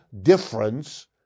difference